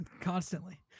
Constantly